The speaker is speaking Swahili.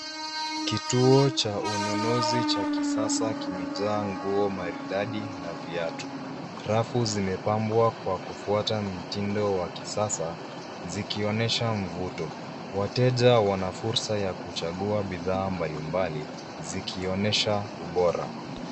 Kituo cha ununuzi cha kisasa kimejaa nguo maridadi na viatu rafu zimepambwa kwa kufuata mtindo wa kisasa zikionyesha mvuto wateja wanafursa ya kuchagua bidhaa mbalimbali zikionyesha ubora.